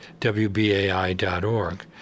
WBAI.org